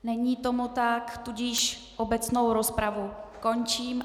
Není tomu tak, tudíž obecnou rozpravu končím.